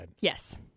Yes